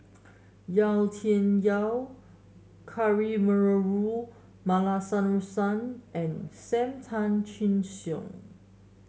Yau Tian Yau Kavignareru Amallathasan and Sam Tan Chin Siong